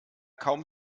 kaum